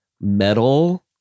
metal